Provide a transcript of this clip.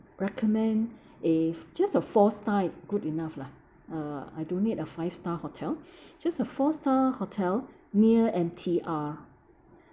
recommend a just a four star good enough lah uh I don't need a five star hotel just a four star hotel near M_T_R